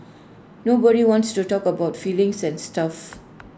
nobody wants to talk about feelings and stuff